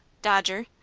dodger.